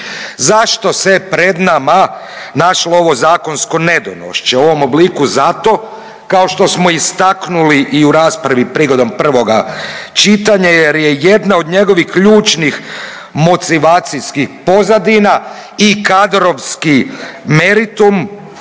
Zašto se pred nama našlo ovo zakonsko nedonošče u ovom obliku? Zato, kao što smo istaknuli i u raspravi prigodom prvoga čitanja jer je jedna od njegovih ključnim motivacijskih pozadina i kadrovski meritum,